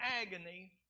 agony